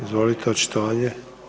Izvolite, očitovanje.